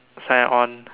sign on